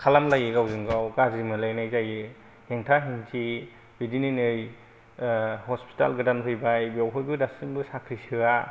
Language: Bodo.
खालामलायो गावजों गाव गाज्रि मोनलायनाय जायो हेंथा हेन्थि बिदिनो नै हस्पिटेल गोदान फैबाय बेवहायबो दासिमबो साख्रि गोदान सोआ